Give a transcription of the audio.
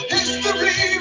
History